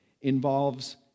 involves